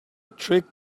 trick